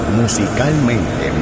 musicalmente